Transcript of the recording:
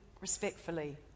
respectfully